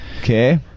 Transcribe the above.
Okay